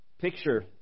picture